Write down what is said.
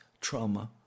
trauma